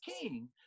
King